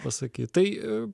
pasakyt tai